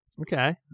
okay